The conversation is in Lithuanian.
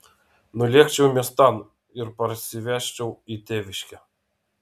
nulėkčiau miestan ir parsivežčiau į tėviškę